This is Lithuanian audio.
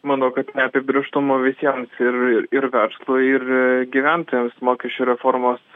manau kad neapibrėžtumo visiems ir ir verslui ir gyventojams mokesčių reformos